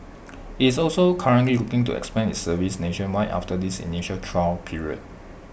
IT is also currently looking to expand its service nationwide after this initial trial period